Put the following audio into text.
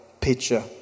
picture